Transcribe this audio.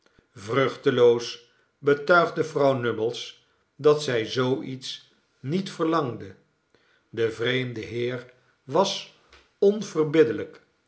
vruchteloos betuigde vrouw nubbles dat zij zoo iets niet verlangde de vreemde heer was onverbiddelijk